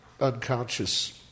unconscious